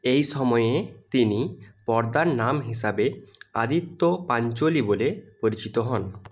এই সময়ে তিনি পর্দার নাম হিসাবে আদিত্য পাঞ্চোলি বলে পরিচিত হন